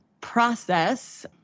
process